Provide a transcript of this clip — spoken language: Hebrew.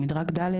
מדרג ד',